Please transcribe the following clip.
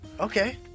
Okay